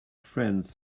friends